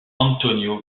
antonio